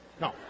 No